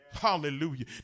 Hallelujah